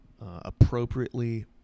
appropriately